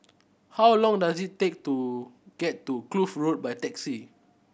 how long does it take to get to Kloof Road by taxi